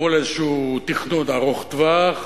מול איזשהו תכנון ארוך טווח,